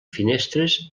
finestres